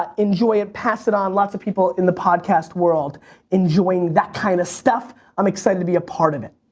ah enjoy it, pass it on. lots of people in the podcast world enjoying that kind of stuff. i'm excited to be a part of it.